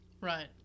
Right